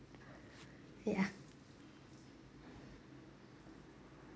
ya